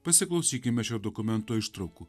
pasiklausykime šio dokumento ištraukų